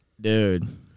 Dude